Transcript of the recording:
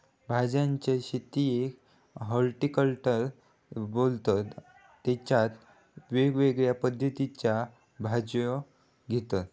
भाज्यांच्या शेतीयेक हॉर्टिकल्चर बोलतत तेच्यात वेगवेगळ्या पद्धतीच्यो भाज्यो घेतत